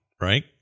right